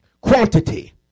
Quantity